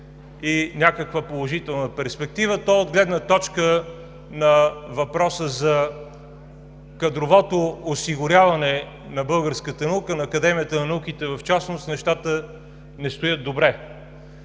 и някаква положителна перспектива, то от гледна точка на въпроса за кадровото осигуряване на българската наука, на Академията на науките в частност, нещата не стоят добре.